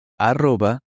arroba